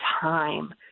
time